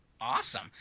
awesome